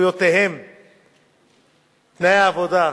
תנאי העבודה,